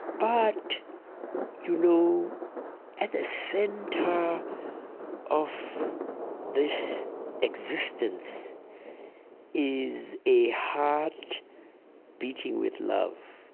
but you know at the center of this existence is a heart beating with love.